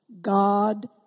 God